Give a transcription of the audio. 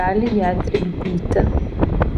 gali ją trikdyti